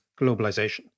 globalization